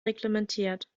reglementiert